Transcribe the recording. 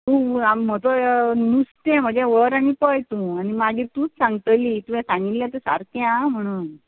तूं आम म्हजो नुस्तें म्हाजें व्हर आनी पळय तूं आनी मागीर तूंतत सांगतली तुंवें सांगिल्लें तें सारकें आं म्हणून